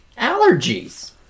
Allergies